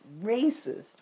Racist